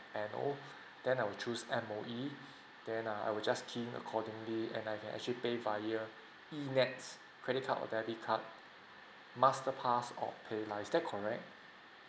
N_O then I will choose M_O_E then err I would just key in accordingly and I can actually pay via E NETS credit card or debit card masterpass or paylah is that corect